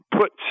put